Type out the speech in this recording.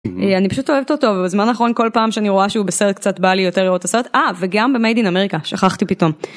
אני פשוט אוהבת אותו בזמן האחרון כל פעם שאני רואה שהוא בסרט קצת בא לי יותר אותו סרט וגם במדינאמריקה שכחתי פתאום.